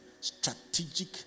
strategic